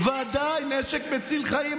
ודאי, נשק מציל חיים.